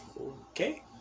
okay